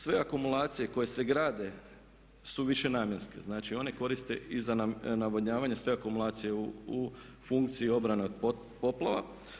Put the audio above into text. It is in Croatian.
Sve akumulacije koje se grade su višenamjenske, znači one koriste i za navodnjavanje sve akumulacije u funkciji obrane od poplava.